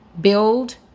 build